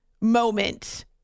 moment